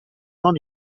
non